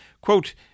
quote